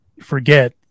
forget